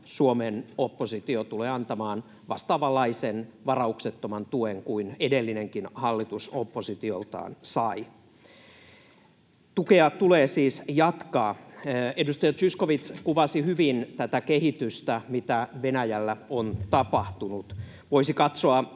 Suomen oppositio tulee antamaan vastaavanlaisen varauksettoman tuen kuin edellinenkin hallitus oppositioltaan sai. Tukea tulee siis jatkaa. Edustaja Zyskowicz kuvasi hyvin tätä kehitystä, mitä Venäjällä on tapahtunut. Voisi katsoa